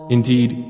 Indeed